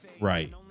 right